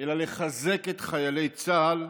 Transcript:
אלא לחזק את חיילי צה"ל,